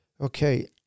Okay